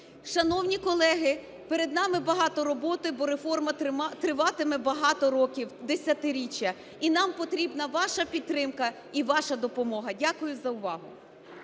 Шановні колеги, перед нами багато роботи, бо реформа триватиме багато років, десятиріччя. І нам потрібна ваша підтримка і ваша допомога. Дякую за увагу.